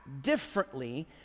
differently